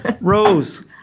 Rose